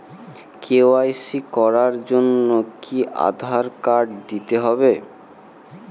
KYC করার জন্য কি আধার কার্ড দিতেই হবে?